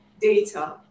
data